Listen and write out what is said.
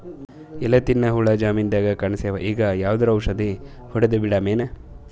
ಎಲಿ ತಿನ್ನ ಹುಳ ಜಮೀನದಾಗ ಕಾಣಸ್ಯಾವ, ಈಗ ಯಾವದರೆ ಔಷಧಿ ಹೋಡದಬಿಡಮೇನ?